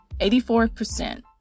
84%